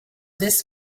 this